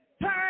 Turn